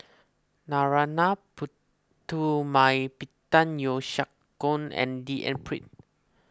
Narana Putumaippittan Yeo Siak Goon and D N Pritt